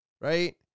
right